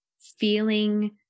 feeling